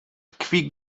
tkwi